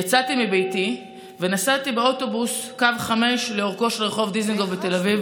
יצאתי מביתי ונסעתי באוטובוס קו 5 לאורכו של רחוב דיזנגוף בתל אביב,